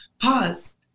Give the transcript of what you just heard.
pause